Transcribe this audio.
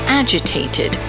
agitated